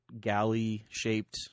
galley-shaped